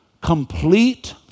complete